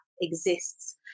exists